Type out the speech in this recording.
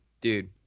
dude